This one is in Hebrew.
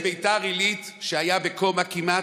ילד מביתר עילית שהיה בקומה כמעט,